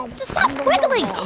just stop wiggling.